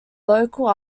local